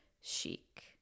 Chic